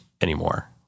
anymore